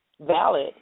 valid